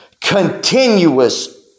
continuous